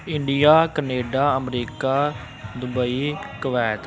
India Canada America Dubai Kuwait